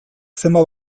zenbat